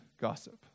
gossip